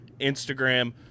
Instagram